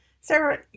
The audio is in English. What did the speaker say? Sarah